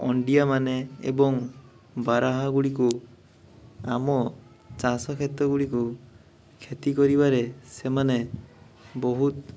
ଅଣ୍ଡିଆ ମାନେ ଏବଂ ବାରାହା ଗୁଡ଼ିକୁ ଆମ ଚାଷ ଖେତ ଗୁଡ଼ିକୁ କ୍ଷତି କରିବାରେ ସେମାନେ ବହୁତ